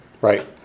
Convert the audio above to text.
Right